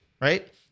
Right